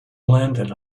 landed